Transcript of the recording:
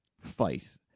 fight